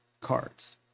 cards